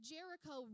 Jericho